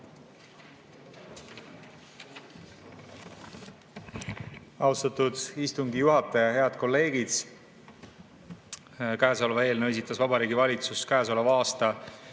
Austatud istungi juhataja! Head kolleegid! Käesoleva eelnõu esitas Vabariigi Valitsus käesoleva aasta